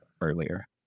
earlier